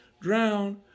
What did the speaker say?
drown